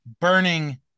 burning